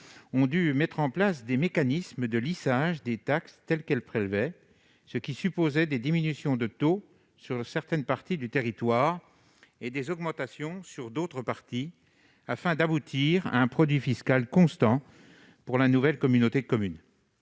ont dû mettre en place des mécanismes de lissage des taxes qu'elles prélevaient. Cela supposait des diminutions de taux sur certaines parties du territoire et des augmentations sur d'autres parties, afin d'aboutir à un produit fiscal constant pour la nouvelle communauté, et